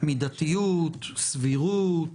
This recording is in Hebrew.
מידתיות, סבירות,